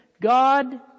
God